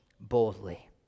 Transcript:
boldly